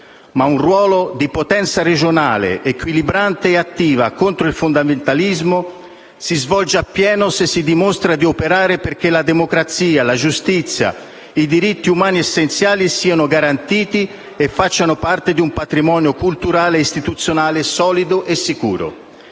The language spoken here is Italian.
Ma un ruolo di potenza regionale equilibrante e attiva contro il fondamentalismo si svolge appieno se si dimostra di operare perché la democrazia, la giustizia, i diritti umani essenziali siano garantiti e facciano parte di un patrimonio culturale e istituzionale solido e sicuro.